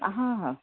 हां हां